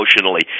emotionally